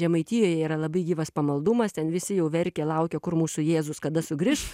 žemaitijoje yra labai gyvas pamaldumas ten visi jau verkia laukia kur mūsų jėzus kada sugrįš